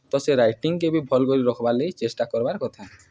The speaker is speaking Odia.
ତ ସେ ରଇଟିଂକେ ବି ଭଲ୍ କରି ରଖ୍ବାର୍ ଲାଗି ଚେଷ୍ଟା କର୍ବାର୍ କଥା